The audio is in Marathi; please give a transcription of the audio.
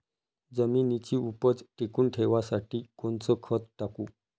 जमिनीची उपज टिकून ठेवासाठी कोनचं खत टाकू?